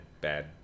bad